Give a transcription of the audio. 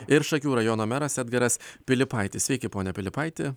ir šakių rajono meras edgaras pilypaitis sveiki pone pilypaiti